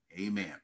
amen